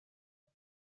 قفل